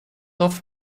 off